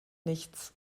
nichts